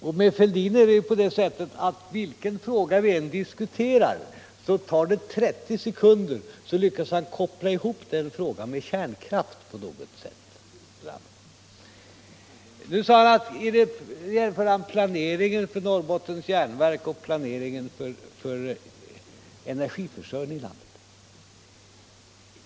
Med herr Fälldin är det på det sättet att vilken fråga vi än diskuterar tar det 30 sekunder och så lyckas han koppla ihop den frågan med kärnkraft på något sätt. Nu jämför han planeringen för Norrbottens Järnverk och planeringen för energiförsörjningen i landet.